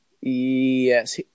Yes